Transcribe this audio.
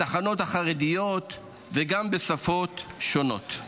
התחנות החרדיות וגם בשפות שונות.